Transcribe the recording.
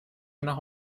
nach